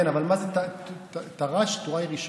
כן, אבל מה זה טר"ש, טוראי ראשון?